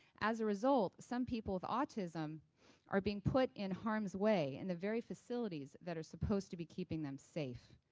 as a result, some people with autism are being put in harm's way in the very facilities that are supposed to be keeping them safe.